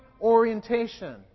orientation